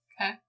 Okay